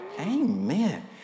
Amen